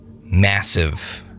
massive